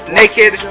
naked